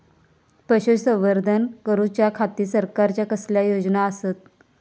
पशुसंवर्धन करूच्या खाती सरकारच्या कसल्या योजना आसत?